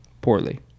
poorly